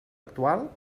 actual